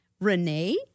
Renee